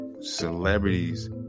celebrities